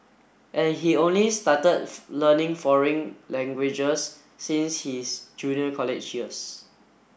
and he only started learning foreign languages since his junior college years